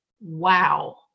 wow